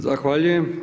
Zahvaljujem.